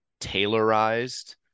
tailorized